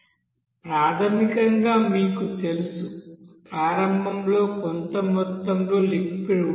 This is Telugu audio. ప్రాథమికంగా మీకు తెలుసు ప్రారంభంలో కొంత మొత్తంలో లిక్విడ్ ఉంటుంది